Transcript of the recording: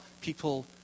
people